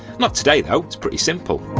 not today though, it's pretty simple.